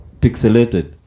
pixelated